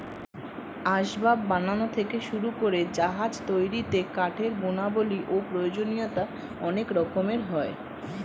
আসবাব বানানো থেকে শুরু করে জাহাজ তৈরিতে কাঠের গুণাবলী ও প্রয়োজনীয়তা অনেক রকমের হয়